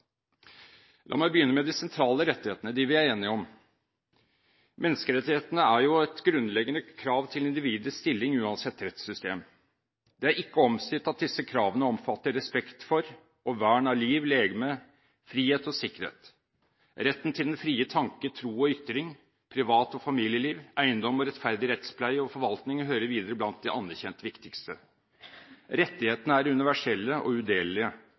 La meg begynne med de sentrale rettighetene – dem vi er enige om. Menneskerettighetene er grunnleggende krav til individets stilling uansett rettssystem. Det er ikke omstridt at disse kravene omfatter respekt for og vern av liv, legeme, frihet og sikkerhet. Retten til den frie tanke, tro og ytring, privat- og familieliv, eiendom og rettferdig rettspleie og forvaltning hører videre blant de anerkjent viktigste. Rettighetene er universelle og